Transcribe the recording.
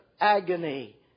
agony